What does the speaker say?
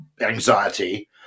anxiety